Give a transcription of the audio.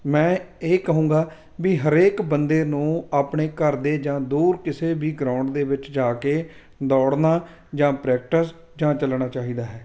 ਮੈਂ ਇਹ ਕਹਾਂਗਾ ਵੀ ਹਰੇਕ ਬੰਦੇ ਨੂੰ ਆਪਣੇ ਘਰ ਦੇ ਜਾਂ ਦੂਰ ਕਿਸੇ ਵੀ ਗਰਾਊਂਡ ਦੇ ਵਿੱਚ ਜਾ ਕੇ ਦੌੜਨਾ ਜਾਂ ਪ੍ਰੈਕਟਿਸ ਜਾਂ ਚੱਲਣਾ ਚਾਹੀਦਾ ਹੈ